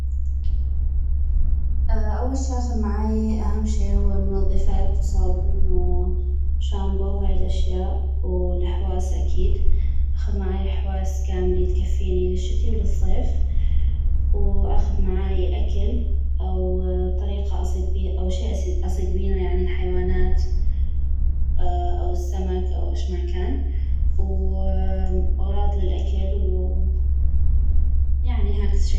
اول شي اخذ معاي اهم شي هو منظفات وصابون شامبو وهاي الأشياء والحواس اكيد اخذ معاي حواس كاملي تكفيني للشتي وللصيف واخذ معاي أكل او طريقة اصيد بيها او شي اصيد بينو يعني الحيوانات اوالسمك او اش ما كان وغراض للأكل و يعني هكذ شي